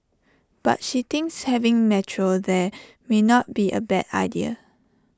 but she thinks having metro there may not be A bad idea